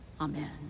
amen